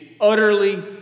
utterly